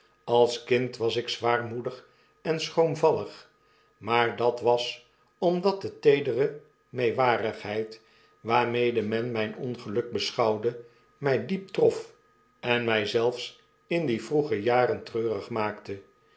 als kind was ik zwaarmoedig en schroomvallig maar dat was omdat de teedere meewarigheid waarmede men myn ongeluk beschouwde my diep trot en mij zelfs in die vroege jaren treurig maakte